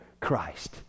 Christ